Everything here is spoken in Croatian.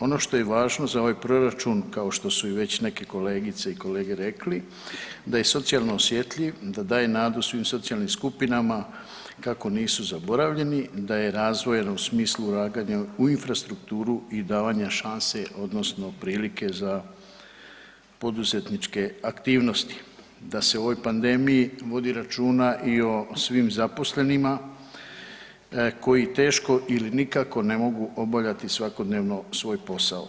Ono što je važno za ovaj proračun kao što su i već neke kolegice i kolege rekli da je socijalno osjetljiv, da daje nadu svim socijalnim skupinama kako nisu zaboravljeni, da je razvojan u smislu ulaganja u infrastrukturu i davanja šanse odnosno prilike za poduzetničke aktivnosti da se u ovoj pandemiji vodi računa i o svim zaposlenima koji teško ili nikako ne mogu obavljati svakodnevno svoj posao.